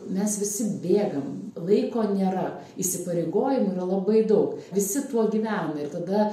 mes visi bėgam laiko nėra įsipareigojimų yra labai daug visi tuo gyvena ir tada